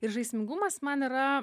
ir žaismingumas man yra